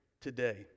today